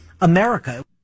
America